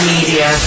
Media